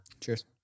Cheers